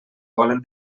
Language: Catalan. volen